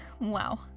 wow